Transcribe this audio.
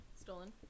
Stolen